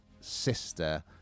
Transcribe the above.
sister